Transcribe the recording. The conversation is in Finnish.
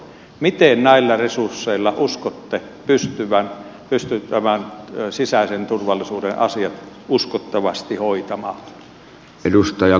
miten näillä resursseilla uskotte pystyttävän sisäisen turvallisuuden asiat uskottavasti hoitamaan